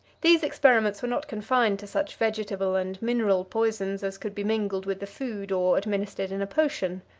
these experiments were not confined to such vegetable and mineral poisons as could be mingled with the food or administered in a potion.